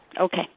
okay